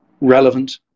relevant